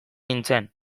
nintzen